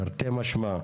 תרתי משמע,